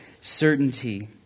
certainty